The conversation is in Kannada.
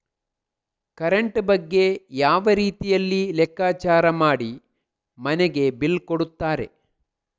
ಕರೆಂಟ್ ಬಗ್ಗೆ ಯಾವ ರೀತಿಯಲ್ಲಿ ಲೆಕ್ಕಚಾರ ಮಾಡಿ ಮನೆಗೆ ಬಿಲ್ ಕೊಡುತ್ತಾರೆ?